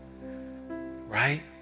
right